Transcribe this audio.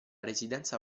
residenza